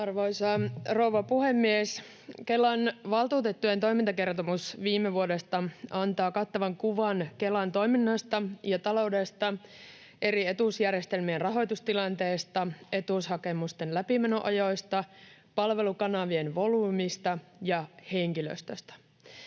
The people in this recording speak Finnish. Arvoisa rouva puhemies! Kelan valtuutettujen toimintakertomus viime vuodesta antaa kattavan kuvan Kelan toiminnasta ja taloudesta, eri etuusjärjestelmien rahoitustilanteesta, etuushakemusten läpimenoajoista, palvelukanavien volyymista ja henkilöstöstä.